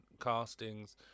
castings